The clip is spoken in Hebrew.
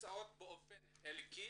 מבוצעות באופן חלקי,